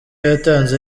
yatanze